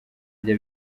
ajya